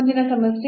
ಮುಂದಿನ ಸಮಸ್ಯೆ